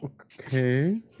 Okay